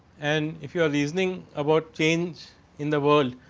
and if you a reasoning about change in the world.